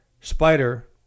Spider